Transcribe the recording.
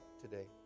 today